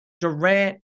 Durant